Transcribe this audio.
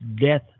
death